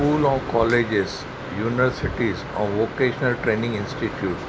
school ऐं colleges universities ऐं vocational training institute